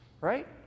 right